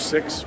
six